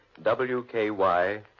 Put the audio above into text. WKY